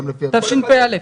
תשפ"א.